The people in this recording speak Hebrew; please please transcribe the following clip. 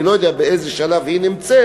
ואני לא יודע באיזה שלב היא נמצאת,